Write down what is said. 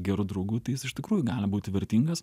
geru draugu tai jis iš tikrųjų gali būti vertingas